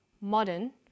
modern